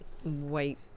White